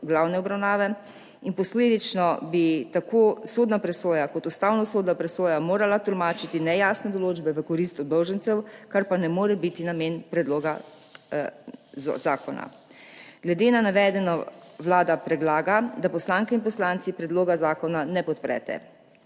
glavne obravnave, in posledično bi tako sodna presoja kot ustavnosodna presoja morala tolmačiti nejasne določbe v korist obdolžencev, kar pa ne more biti namen predloga zakona. Glede na navedeno Vlada predlaga, da poslanke in poslanci predloga zakona ne podprete.